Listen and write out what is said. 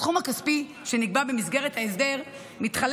הסכום הכספי שנקבע במסגרת ההסדר מתחלק